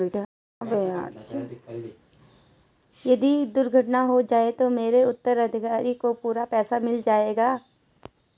यदि दुर्घटना हो जाये तो मेरे उत्तराधिकारी को पूरा पैसा मिल जाएगा?